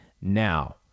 now